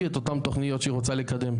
לה את אותם תוכניות שהיא רוצה לקדם.